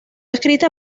escrita